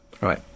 right